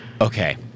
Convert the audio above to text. Okay